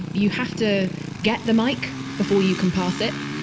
you have to get the mic before you can pass it.